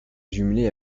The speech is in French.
jumelée